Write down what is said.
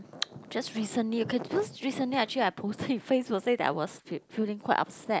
just recently okay because recently actually I posted on Facebook say that I was feel feeling quite upset